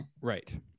Right